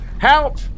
Help